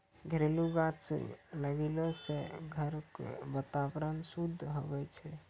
घरेलू गाछ लगैलो से घर रो वातावरण शुद्ध हुवै छै